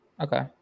Okay